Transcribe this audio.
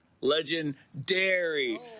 Legendary